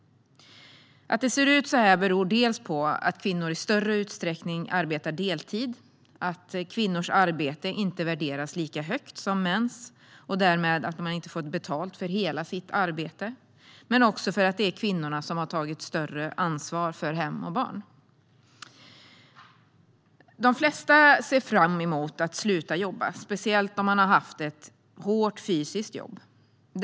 Att det ser ut så här beror till viss del på att kvinnor i större utsträckning arbetar deltid och att kvinnors arbete inte värderas lika högt som mäns, och att de därmed inte får betalt för hela sitt arbete, men det beror också på att kvinnorna har tagit större ansvar för hem och barn. De flesta ser fram emot att sluta jobba, speciellt om de har haft ett hårt och fysiskt jobb.